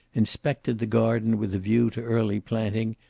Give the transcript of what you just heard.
inspected the garden with a view to early planting,